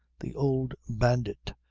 the old bandit,